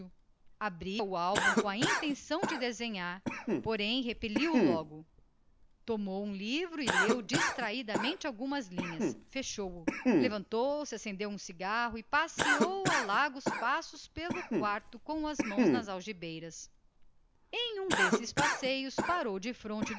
abriu o álbum com a intenção de desenhar mas repeliu o logo tomou um livro e leu distraidamente algumas linhas levantou-se acendeu um cigarro e passeou a largos passos pelo quarto com as mãos nas algibeiras em um destes passeios parou defronte